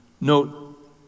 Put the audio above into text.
Note